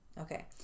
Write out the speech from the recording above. Okay